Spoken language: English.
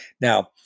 Now